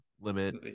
limit